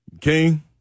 King